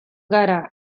gara